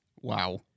Wow